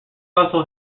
also